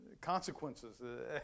consequences